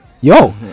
yo